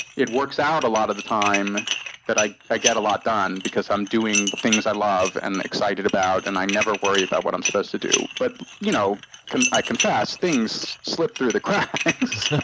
it works out a lot of the time that i i get a lot done because i'm doing the things i love and excited about, and i never worry about what i'm supposed to do. but you know i confess, things slip through the cracks. a